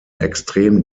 extrem